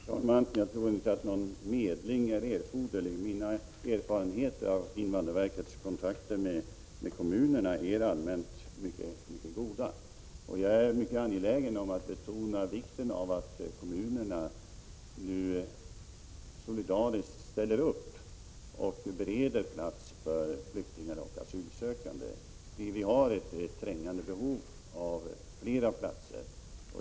Herr talman! Jag tror inte att någon medling är erforderlig. Min erfarenhet är den att invandrarverkets kontakter med kommunerna i allmänhet är mycket goda. Jag är mycket angelägen om att betona vikten av att kommunerna nu solidariskt ställer upp och bereder plats för flyktingar och asylsökande. Vi är i trängande behov av flera platser.